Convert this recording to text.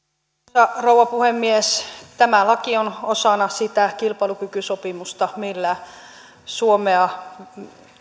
arvoisa rouva puhemies tämä laki on osana sitä kilpailukykysopimusta millä suomea